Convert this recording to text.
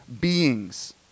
beings